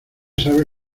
sabe